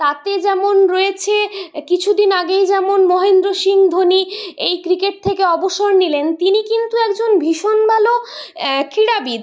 তাতে যেমন রয়েছে কিছু দিন আগেই যেমন মহেন্দ্র সিং ধোনি এই ক্রিকেট থেকে অবসর নিলেন তিনি কিন্তু একজন ভীষণ ভালো ক্রীড়াবিদ